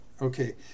okay